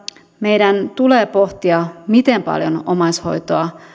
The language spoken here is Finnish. meidän tulee pohtia miten paljon omaishoitoa